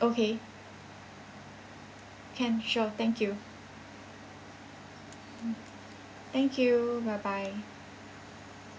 okay can sure thank you thank you bye bye